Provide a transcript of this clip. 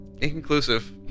Inconclusive